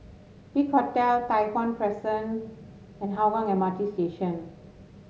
Big Hotel Tai Hwan Crescent and Hougang M R T Station